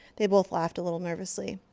they both laughed a little nervously.